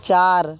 চার